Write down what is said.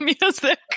music